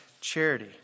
charity